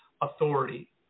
authority